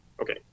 okay